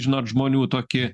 žinot žmonių toki